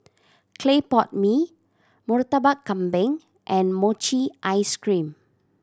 clay pot mee Murtabak Kambing and mochi ice cream